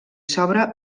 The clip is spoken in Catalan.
sobra